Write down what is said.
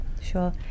Sure